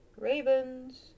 Ravens